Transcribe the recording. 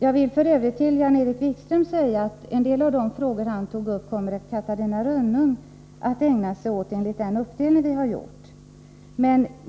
Jag vill till Jan-Erik Wikström säga att en del av de frågor som han tog upp kommer Catarina Rönnung att ägna sig åt, enligt den uppdelning som vi har gjort.